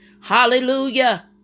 hallelujah